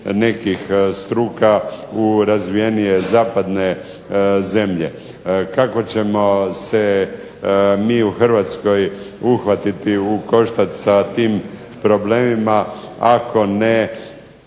nekih struka u razvijenije zapadne zemlje. Kako ćemo se mi u Hrvatskoj uhvatiti u koštac sa tim problemima, ako